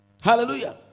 Hallelujah